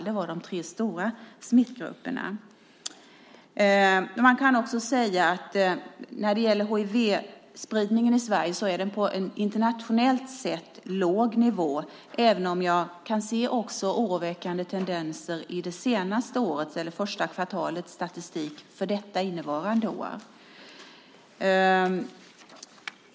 Det var de tre stora smittgrupperna. Hivspridningen i Sverige ligger på en internationellt sett låg nivå, även om jag kan se oroväckande tendenser i statistiken för det första kvartalet innevarande år.